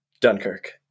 Dunkirk